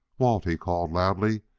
walt, he called loudly,